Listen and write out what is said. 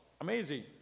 amazing